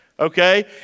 okay